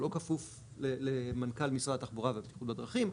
הוא לא כפוף למנכ"ל משרד התחבורה והבטיחות בדרכים.